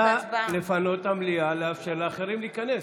נא לפנות את המליאה, לאפשר לאחרים להיכנס.